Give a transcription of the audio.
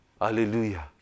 Hallelujah